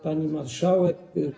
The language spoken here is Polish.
Pani Marszałek!